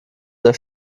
der